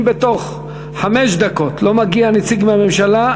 אם בתוך חמש דקות לא מגיע נציג מהממשלה,